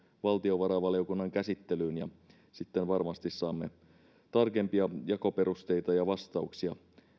valtiovarainvaliokunnan käsittelyyn ja sitten varmasti saamme tarkempia jakoperusteita ja vastauksia